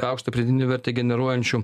aukštą pridėtinę vertę generuojančių